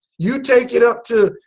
you take it up to,